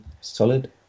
Solid